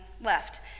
left